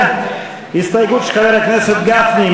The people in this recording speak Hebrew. הסתייגות של חבר הכנסת גפני.